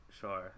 sure